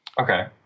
Okay